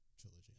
trilogy